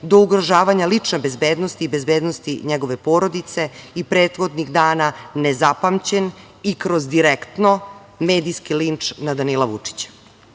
do ugrožavanja lične bezbednosti, bezbednosti njegove porodice. I prethodnih dana, nezapamćen i kroz direktno, medijski linč na Danila Vučića. Ovde